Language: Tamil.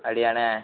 அப்படியாண்ணே